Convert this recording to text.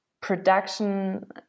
production